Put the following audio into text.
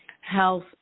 health